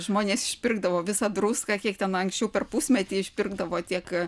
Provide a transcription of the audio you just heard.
žmonės išpirkdavo visą druską kiek ten anksčiau per pusmetį išpirkdavo tiek